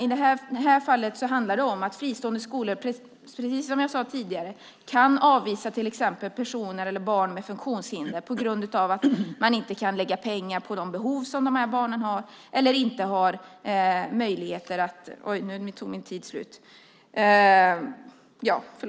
I det här fallet handlar det om att fristående skolor, som jag sade tidigare, kan avvisa till exempel barn med funktionshinder på grund av att man inte kan lägga pengar på de behov som dessa barn har.